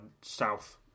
South